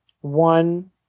one